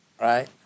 right